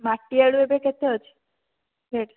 ମାଟିଆଳୁ ଏବେ କେତେ ଅଛି ରେଟ୍